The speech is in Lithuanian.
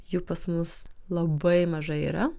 jų pas mus labai mažai yra